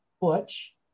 butch